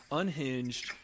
unhinged